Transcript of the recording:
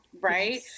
right